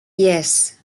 yes